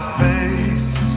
face